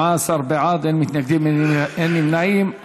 אין מתנגדים, אין נמנעים.